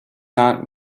not